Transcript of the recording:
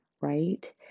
right